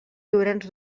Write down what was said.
llorenç